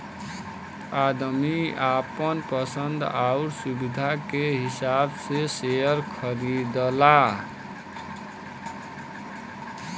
आदमी आपन पसन्द आउर सुविधा के हिसाब से सेअर खरीदला